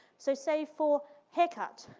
so say for haircut,